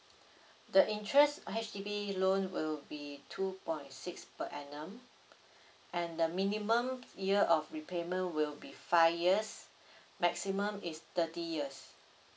the interest H_D_B loan will be two point six per annum and the minimum year of repayment will be five years maximum is thirty years